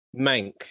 mank